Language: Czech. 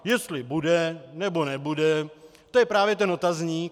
Jestli bude, nebo nebude, to je právě ten otazník.